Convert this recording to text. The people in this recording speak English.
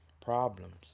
problems